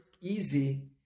easy